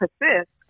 persist